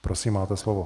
Prosím, máte slovo.